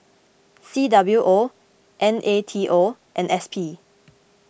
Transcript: C W O N A T O and S P